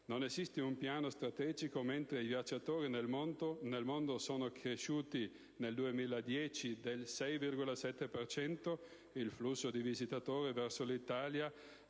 Non esiste un piano strategico: mentre i viaggiatori nel mondo sono cresciuti nel 2010 del 6,7 per cento, il flusso di visitatori verso l'Italia